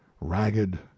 ragged